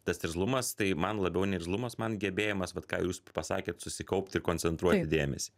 tas irzlumas tai man labiau ne irzlumas man gebėjimas vat ką jūs pasakėt susikaupti ir koncentruoti dėmesį